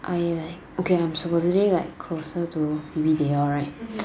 I like okay I'm supposedly like closer to maybe they all right